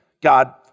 God